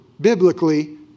biblically